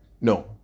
no